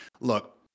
look